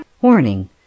Warning